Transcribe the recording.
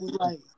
Right